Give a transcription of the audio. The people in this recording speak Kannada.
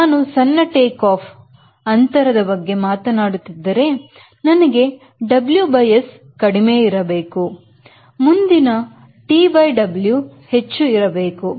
ನಾನು ಸಣ್ಣ ಟೇಕಾಫ್ ಅಂತರದ ಬಗ್ಗೆ ಮಾತನಾಡುತ್ತಿದ್ದಾರೆ ನನಗೆ WS ಕಡಿಮೆ ಇರಬೇಕು ಮುಂದಿನ TW ಹೆಚ್ಚು ಇರಬೇಕು